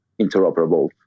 interoperable